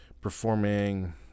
performing